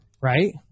right